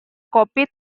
kopi